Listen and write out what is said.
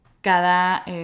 cada